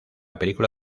película